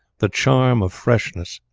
the charm of freshness.